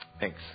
thanks